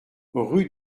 rue